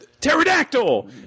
Pterodactyl